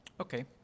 Okay